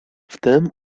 wtem